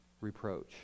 reproach